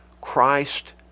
Christ